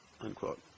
Unquote